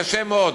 קשה מאוד.